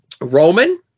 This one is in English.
Roman